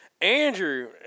Andrew